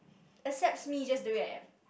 accepts me just the way I am